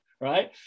right